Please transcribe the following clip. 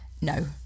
no